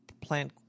plant